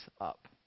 up